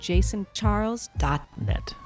Jasoncharles.net